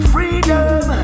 Freedom